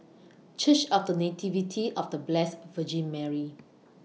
Church of The Nativity of The Blessed Virgin Mary